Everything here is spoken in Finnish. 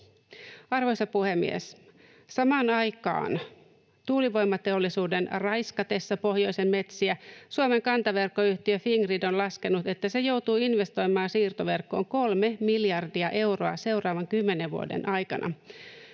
Arvoisa puhemies! Samaan aikaan tuulivoimateollisuuden raiskatessa pohjoisen metsiä Suomen kantaverkkoyhtiö Fingrid on laskenut, että se joutuu investoimaan siirtoverkkoon kolme miljardia euroa seuraavan kymmenen vuoden aikana,